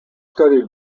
studied